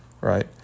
right